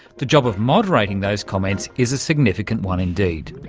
the job of moderating those comments is a significant one indeed.